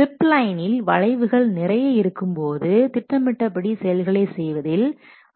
slip லைனில் வளைவுகள் நிறைய இருக்கும்போது திட்டமிட்டபடி செயல்களை செய்வதில்